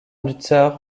luther